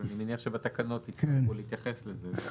אני מניח שבתקנות יצטרכו להתייחס לזה.